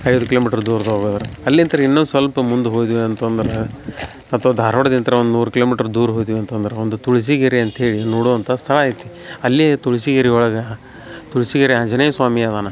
ಐವತ್ತು ಕಿಲೋಮೀಟ್ರ್ ದೂರ ಹೋದ್ರ ಅಲ್ಲಿಂತ ಇನ್ನೊಂದು ಸ್ವಲ್ಪ ಮುಂದೆ ಹೋದ್ವಿ ಅಂತಂದ್ರೆ ಅಥ್ವಾ ಧಾರ್ವಾಡದಿಂತ ಒಂದು ನೂರು ಕಿಲೋಮೀಟ್ರ್ ದೂರ ಹೋದ್ವಿ ಅಂತಂದ್ರೆ ಒಂದು ತುಳ್ಸಿಗೇರಿ ಅಂತ ಹೇಳಿ ನೋಡುವಂಥ ಸ್ಥಳ ಐತಿ ಅಲ್ಲೇ ತುಳ್ಸಿಗೇರಿ ಒಳಗೆ ತುಳ್ಸಿಗೇರಿ ಆಂಜನೇಯ ಸ್ವಾಮಿ ಅದಾನ